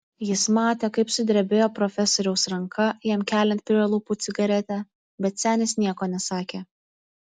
jis matė kaip sudrebėjo profesoriaus ranka jam keliant prie lūpų cigaretę bet senis nieko nesakė